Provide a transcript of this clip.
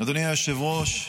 אדוני היושב-ראש,